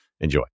Enjoy